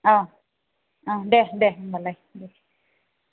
औ औ दे दे होम्बालाय दे